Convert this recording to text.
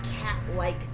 cat-like